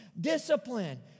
discipline